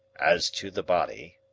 as to the body,